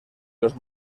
los